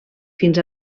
fins